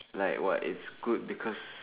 like what it's good because